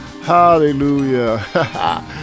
Hallelujah